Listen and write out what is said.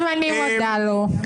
גם אני מודה לו.